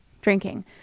drinking